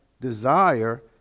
desire